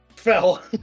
Fell